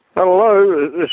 Hello